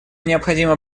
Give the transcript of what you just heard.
необходимо